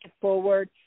forward